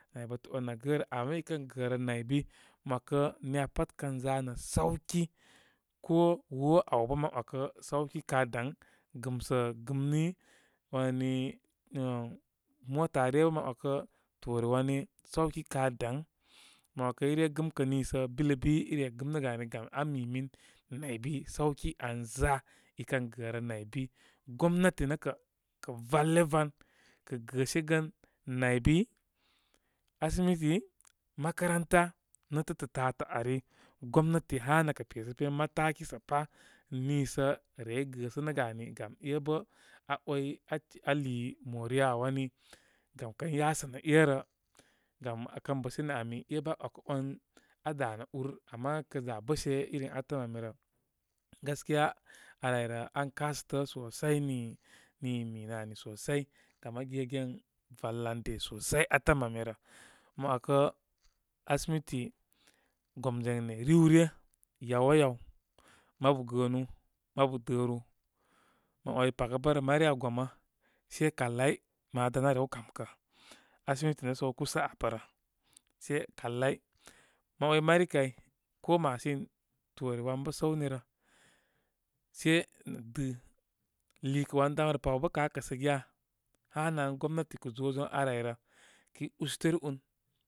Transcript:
Naybətə on aa gərə, ama i kən garə nay bi, mə wakə niya pat kən za nə, sawki ko wo a'w bə' wa 'wakə sawki ka' daŋ. Gɨmsə gɨmni, wani nə' mota ryə bə' mə 'wakə toore wane sawki ka' daŋ. Mo wakə ire gɨmkə niisə bilbi i re gɨmnəgə ani rə gam aa mi min nay bi sawki an za. i kə gərə nay bi gomnati nə' kə', kə vale van, kə' gəshegə, naybi asimiti, makaranta netə'tə' tatə' ari, gomnati hanə kə pesəpen mataki sə pa miisə rey gəsənəgə ami. Gam e bə aa way aa lii moriya wani. Gam kə yasə nə' ebarrə. Gam a kən bəshe nə' ami. Ebə' aa 'wakə' wan aa demə' ur. Ama kə da' bə' she irim atəm ami rə, gaskiya ar abaryrə an kasətə sosai nii nii mi minə ani sosai. Gam aa gegen valande sosai atəm ami rə. Mə 'wakə asimiti gomzwayne riw ryə, yaw wa yaw, mabu gəə nu mabu dəru. Mə way paga bə' rə mari aa gomə se kalai ma dan arew kam kə. Asimiti nə' səw kusa abə rə se kal ai. Mə 'way mari kay ko machine toore wan bə' əwi rə. Se nə dɨ, liikə wan dam rə pa aw bə' ka' kəsə giya. Hanahan gomnati kə zozon ar abary rə. Kəy ustere un.